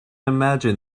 imagine